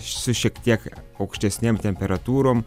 su šiek tiek aukštesnėm temperatūrom